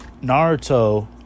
naruto